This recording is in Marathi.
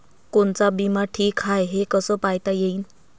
कोनचा बिमा ठीक हाय, हे कस पायता येईन?